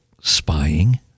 spying